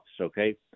okay